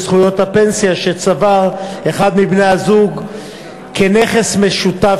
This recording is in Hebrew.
בזכויות הפנסיה שצבר אחד מבני-הזוג כנכס משותף